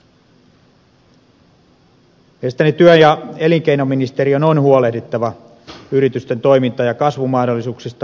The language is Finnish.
mielestäni työ ja elinkeinoministeriön on huolehdittava yritysten toiminta ja kasvumahdollisuuksista